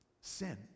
sin